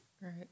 Right